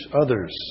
others